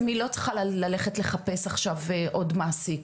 היא לא צריכה להתחיל ללכת לחפש עכשיו עוד מעסיק,